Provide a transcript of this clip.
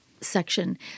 section